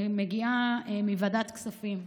אני מגיעה מוועדת הכספים,